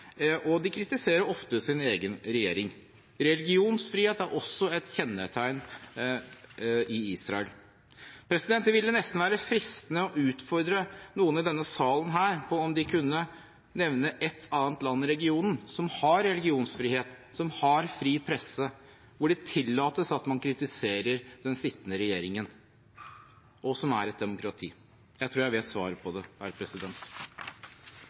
og de kritiserer ofte sin egen regjering. Religionsfrihet er også et kjennetegn i Israel. Det ville nesten være fristende å utfordre noen i denne salen på om de kunne nevnte ett annet land i regionen som har religionsfrihet, som har fri presse hvor det tillates at man kritiserer den sittende regjeringen, og som er et demokrati. Jeg tror jeg vet svaret på det.